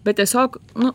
bet tiesiog nu